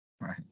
Right